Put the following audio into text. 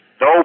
no